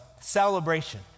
celebration